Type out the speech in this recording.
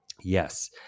Yes